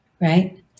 right